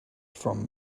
from